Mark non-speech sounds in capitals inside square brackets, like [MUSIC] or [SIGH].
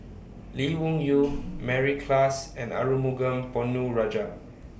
Lee Wung Yew [NOISE] Mary Klass and Arumugam Ponnu Rajah